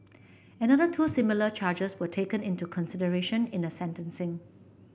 another two similar charges were taken into consideration in the sentencing